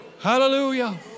Hallelujah